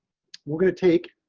we're going to take